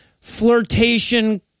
flirtation